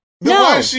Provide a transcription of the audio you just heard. No